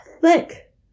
thick